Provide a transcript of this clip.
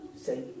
Say